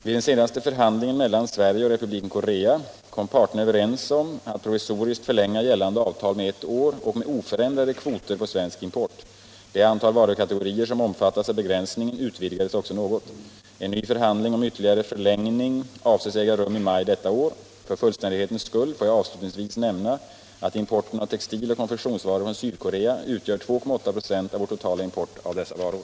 Vid den senaste förhandlingen mellan Sverige och Republiken Korea kom parterna överens om att provisoriskt förlänga gällande avtal med ett år och med oförändrade kvoter på svensk import. Det antal varukategorier som omfattas av begränsningen utvidgades också något. En ny förhandling om ytterligare förlängning avses äga rum i maj detta år. För fullständighetens skull får jag avslutningsvis nämna att importen av textiloch konfektionsvaror från Sydkorea utgör 2,8 26 av vår totala import av dessa varor.